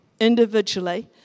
individually